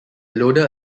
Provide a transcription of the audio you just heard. loader